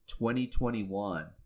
2021